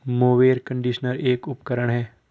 mower conditioner एक उपकरण है